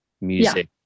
music